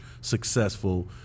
successful